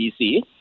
DC